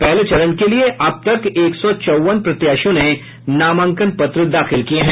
पहले चरण के लिए अब तक एक सौ चौवन प्रत्याशियों ने नामांकन दाखिल किये हैं